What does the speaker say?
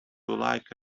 like